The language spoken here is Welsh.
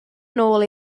nôl